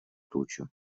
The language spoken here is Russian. тучу